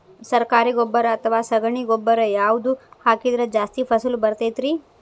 ಸರಕಾರಿ ಗೊಬ್ಬರ ಅಥವಾ ಸಗಣಿ ಗೊಬ್ಬರ ಯಾವ್ದು ಹಾಕಿದ್ರ ಜಾಸ್ತಿ ಫಸಲು ಬರತೈತ್ರಿ?